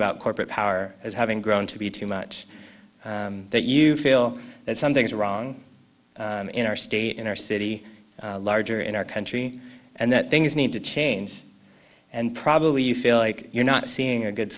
about corporate power as having grown to be too much that you feel that something's wrong in our state in our city larger in our country and that things need to change and probably you feel like you're not seeing a good